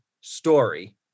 story